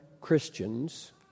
Christians